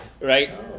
right